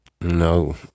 No